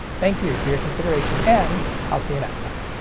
thank you for your consideration, and i'll see you next time!